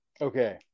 okay